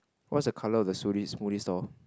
what's the colour of the smoothie smoothie stall